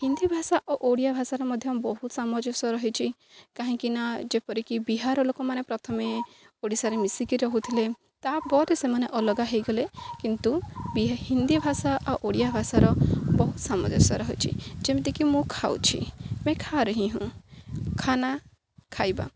ହିନ୍ଦୀ ଭାଷା ଓ ଓଡ଼ିଆ ଭାଷାର ମଧ୍ୟ ବହୁତ ସାମଞ୍ଜସ୍ୟ ରହିଛି କାହିଁକି ନା ଯେପରିକି ବିହାର ଲୋକମାନେ ପ୍ରଥମେ ଓଡ଼ିଶାରେ ମିଶିକି ରହୁଥିଲେ ତା'ପରେ ସେମାନେ ଅଲଗା ହେଇଗଲେ କିନ୍ତୁ ହିନ୍ଦୀ ଭାଷା ଆଉ ଓଡ଼ିଆ ଭାଷାର ବହୁତ ସାମଞସ୍ୟ ରହିଛି ଯେମିତିକି ମୁଁ ଖାଉଛି ମେଁ ଖା ରହି ହୁଁ ଖାନା ଖାଇବା